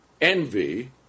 envy